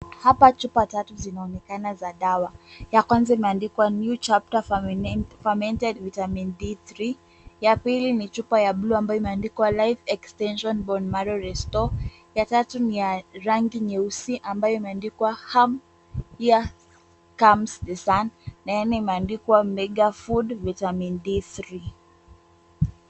Hapa chupa tatu zinaonekana za dawa. Ya kwanza imeandikwa new chapter fermented vitamin d3 . Ya pili ni chupa ya bluu ambayo imeandikwa life extension bone marrow restore . Ya tatu ni ya rangi nyeusi ambayo imeandikwa hum here comes the sun na ya nne imeandikwa megafood vitamin d3 .